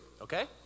okay